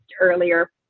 earlier